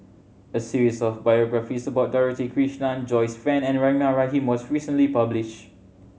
a series of biographies about Dorothy Krishnan Joyce Fan and Rahimah Rahim was recently publish